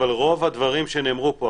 רוב הדברים שנאמרו פה,